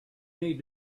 need